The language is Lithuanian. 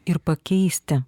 ir pakeisti